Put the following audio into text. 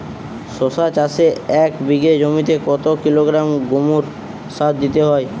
শশা চাষে এক বিঘে জমিতে কত কিলোগ্রাম গোমোর সার দিতে হয়?